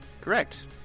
Correct